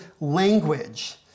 language